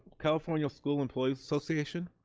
california school employees association.